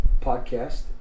podcast